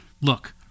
Look